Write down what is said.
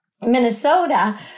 Minnesota